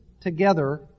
together